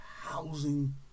housing